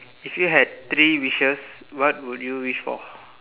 if you had three wishes what would you wish for